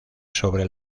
sobre